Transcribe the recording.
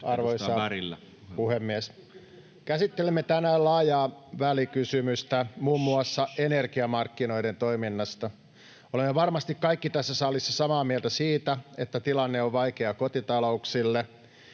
Arvoisa puhemies! Käsittelemme tänään laajaa välikysymystä muun muassa energiamarkkinoiden toiminnasta. Olemme varmasti kaikki tässä salissa samaa mieltä siitä, että tilanne on vaikea kotitalouksille